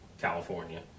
California